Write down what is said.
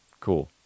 Cool